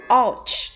ouch